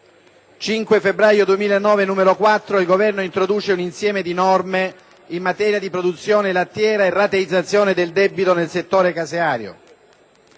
5 febbraio 2009, n. 4, il Governo introduce un insieme di norme in materia di produzione lattiera e rateizzazione del debito nel settore lattiero-caseario.